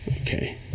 Okay